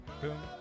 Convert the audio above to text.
boom